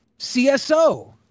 CSO